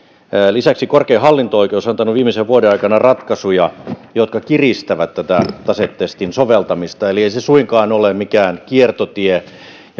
lisäksi korkein hallinto oikeus on antanut viimeisen vuoden aikana ratkaisuja jotka kiristävät tätä tasetestin soveltamista eli ei se suinkaan ole mikään kiertotie